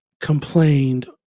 complained